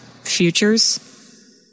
futures